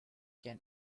can